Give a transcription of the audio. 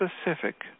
specific